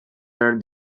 are